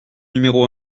numéro